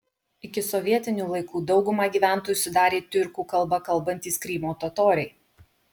iki sovietinių laikų daugumą gyventojų sudarė tiurkų kalba kalbantys krymo totoriai